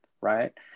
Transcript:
Right